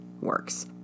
works